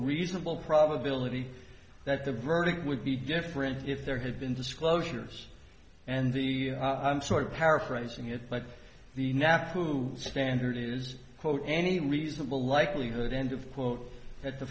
reasonable probability that the verdict would be different if there had been disclosures and the i'm sorry paraphrasing here but the nap who standard is quote any reasonable likelihood end of quote that the